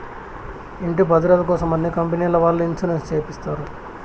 ఇంటి భద్రతకోసం అన్ని కంపెనీల వాళ్ళు ఇన్సూరెన్స్ చేపిస్తారు